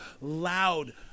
loud